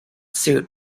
suit